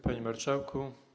Panie Marszałku!